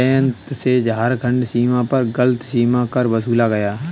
जयंत से झारखंड सीमा पर गलत सीमा कर वसूला गया